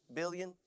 billion